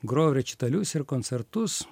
grojau rečitalius ir koncertus